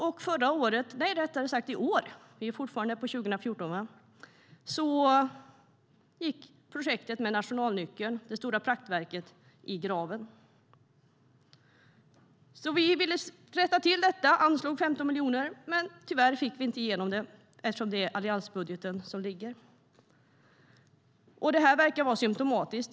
Och i år gick projektet med Nationalnyckeln, det stora praktverket, i graven. Vi ville rätta till detta och anslog 15 miljoner, men tyvärr fick vi inte igenom det. Det är alliansbudgeten som ligger. Det här verkar vara symtomatiskt.